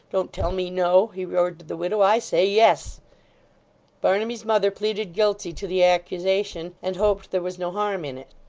don't tell me no he roared to the widow, i say, yes barnaby's mother pleaded guilty to the accusation, and hoped there was no harm in it.